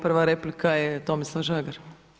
Prva replika je Tomislav Žagar.